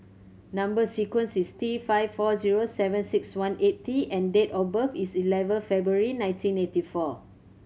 number sequence is T five four zero seven six one eight T and date of birth is eleven February nineteen eighty four